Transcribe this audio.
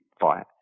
fight